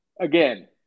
Again